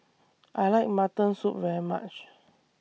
I like Mutton Soup very much